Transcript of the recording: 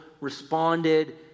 responded